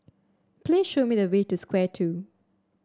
please show me the way to Square Two